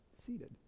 seated